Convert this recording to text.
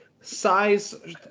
size